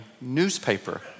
newspaper